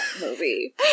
movie